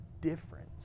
difference